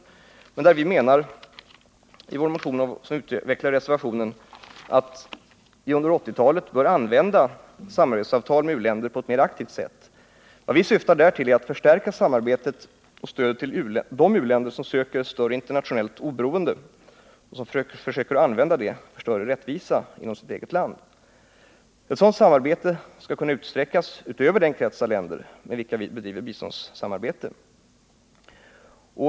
Vi menar i vår motion, något som vi också utvecklar i reservationen, att Sverige under 1980-talet bör använda samarbetsavtal med u-länder på ett mer aktivt sätt. Vad vi där syftar till är att förstärka samarbetet med och stödet till de u-länder som söker större internationellt oberoende och som försöker använda stödet för att uppnå större rättvisa inom sitt eget land. Ett sådant samarbete skall kunna utsträckas utöver den krets av länder med vilka vi bedriver biståndssamarbete.